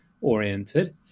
oriented